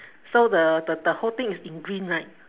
so the the the whole thing is in green right